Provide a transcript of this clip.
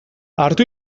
hartu